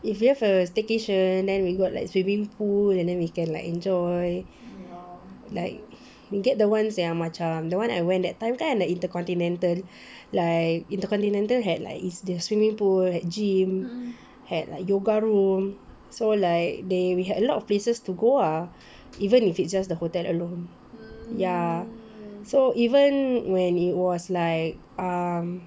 if you have a staycation then we got like swimming pool and then we can like enjoy like we get the ones yang macam the one I went that time the intercontinental like intercontinental had like is the swimming pool and gym had like yoga room so like they we had a lot of places to go ah even if it's just the hotel alone ya so even when it was like um